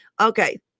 Okay